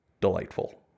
delightful